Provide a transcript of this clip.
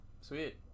Sweet